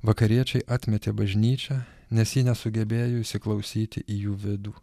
vakariečiai atmetė bažnyčią nes ji nesugebėjo įsiklausyti į jų vidų